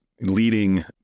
leading